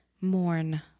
mourn